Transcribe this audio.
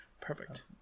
Perfect